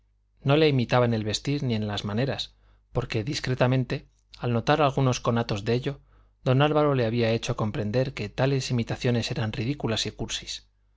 no le imitaba en el vestir ni en las maneras porque discretamente al notar algunos conatos de ello don álvaro le había hecho comprender que tales imitaciones eran ridículas y cursis